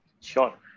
Sure